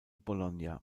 bologna